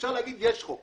אפשר להגיד, יש חוק.